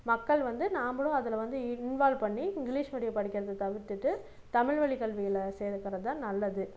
மக்கள் வந்து நாம்பளும் அதை வந்து இன்வால்வ் பண்ணி இங்கிலீஷ் மீடியம் படிக்கிறதை தவிர்த்திட்டு தமிழ் வழி கல்வியில் சேர்க்குறது தான் நல்லது